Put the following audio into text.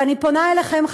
ואני פונה אליכם,